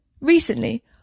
Recently